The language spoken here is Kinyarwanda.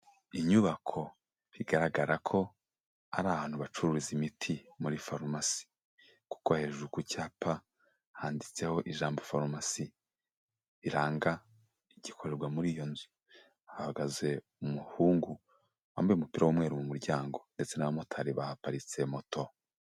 Inyubako bigaragara ko ari ahantu bacururiza imiti muri farumasi kuko hejuru ku cyapa handitseho ijambo farumasi riranga igikorerwa muri iyo nzu. Hahagaze umuhungu wambaye umupira w'umweru mu muryango ndetse n'abamotari bahaparitse moto.